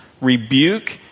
rebuke